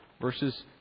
verses